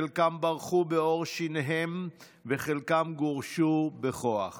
חלקם ברחו בעור שיניהם וחלקם גורשו בכוח